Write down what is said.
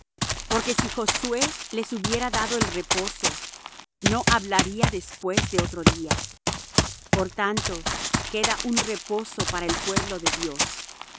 porque si josué les hubiera dado el reposo no hablaría después de otro día por tanto queda un reposo para el pueblo de dios